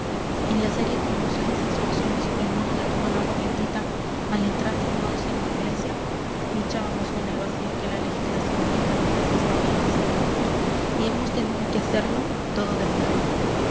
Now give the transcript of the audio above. y la serie de minuciosas instrucciones sobre el modo de tomar agua bendita al entrar formados en la iglesia luchábamos con el vacío que la legislación militar ofrece hasta hoy en este punto y hemos tenido que hacerlo todo nuevo